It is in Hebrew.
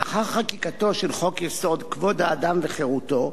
לאחר חקיקתו של חוק-יסוד: כבוד האדם וחירותו,